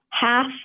half